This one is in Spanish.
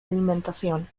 alimentación